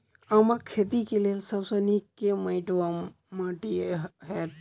आमक खेती केँ लेल सब सऽ नीक केँ माटि वा माटि हेतै?